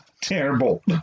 Terrible